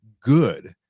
good